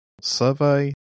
survey